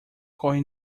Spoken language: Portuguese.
corre